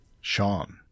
Sean